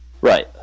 Right